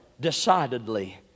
decidedly